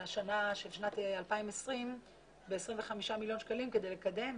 לשנת 2020. 25 מיליון שקלים כדי לקדם